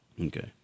Okay